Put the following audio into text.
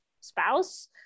spouse